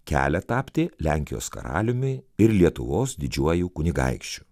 kelią tapti lenkijos karaliumi ir lietuvos didžiuoju kunigaikščiu